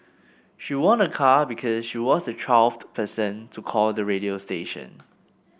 she won a car because she was the twelfth person to call the radio station